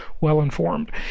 well-informed